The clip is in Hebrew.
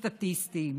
סטטיסטים.